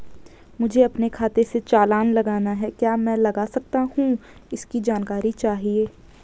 मुझे अपने खाते से चालान लगाना है क्या मैं लगा सकता हूँ इसकी जानकारी चाहिए?